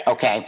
Okay